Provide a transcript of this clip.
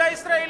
מידע ישראלי,